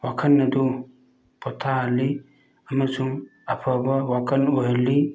ꯋꯥꯈꯟ ꯑꯗꯨ ꯄꯣꯊꯥꯍꯜꯂꯤ ꯑꯃꯁꯨꯡ ꯑꯐꯕ ꯋꯥꯈꯜ ꯑꯣꯏꯍꯜꯂꯤ